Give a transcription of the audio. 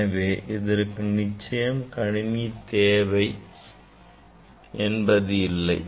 எனவே இதற்கு நிச்சயம் கணினி தேவை என்பது இல்லை